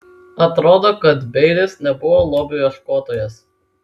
atrodo kad beilis nebuvo lobių ieškotojas